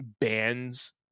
bands